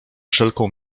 wszelką